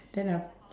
then I